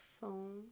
phone